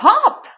Pop